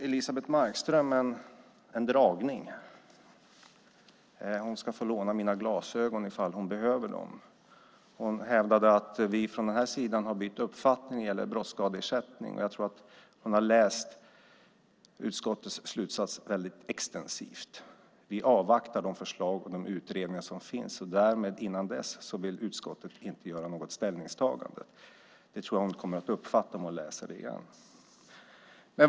Elisebeht Markström gjorde en dragning. Hon ska få låna mina glasögon om hon behöver dem. Hon hävdade att vi har bytt uppfattning när det gäller brottsskadeersättning. Jag tror att hon har läst utskottets slutsats väldigt extensivt. Vi avvaktar de förslag och de utredningar som kommer. Innan dess vill utskottet inte göra något ställningstagande. Det tror jag att hon kommer att uppfatta om hon läser det igen.